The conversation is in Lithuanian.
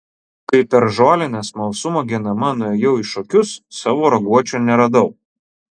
kai per žolinę smalsumo genama nuėjau į šokius savo raguočio neradau